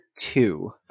two